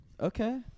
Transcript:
Okay